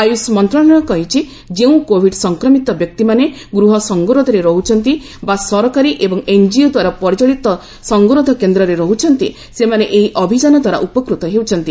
ଆୟୁଷ ମନ୍ତ୍ରଣାଳୟ କହିଛି ଯେଉଁ କୋଭିଡ ସଂକ୍ରମିତ ବ୍ୟକ୍ତିମାନେ ଗୃହ ସଙ୍ଗରୋଧରେ ରହୁଛନ୍ତି ବା ସରକାରୀ ଏବଂ ଏନଜିଓ ଦ୍ୱାରା ପରିଚାଳିତ ସଙ୍ଗରୋଧ କେନ୍ଦ୍ରରେ ରହୁଛନ୍ତି ସେମାନେ ଏହି ଅଭିଯାନ ଦ୍ୱାରା ଉପକୃତ ହେଉଛନ୍ତି